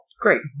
Great